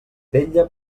vetlla